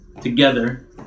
together